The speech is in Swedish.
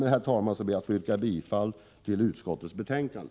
Med det anförda ber jag att få yrka bifall till hemställan i utskottets betänkande.